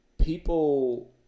People